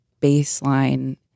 baseline